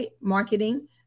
marketing